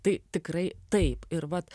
tai tikrai taip ir vat